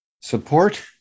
support